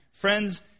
Friends